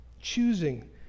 choosing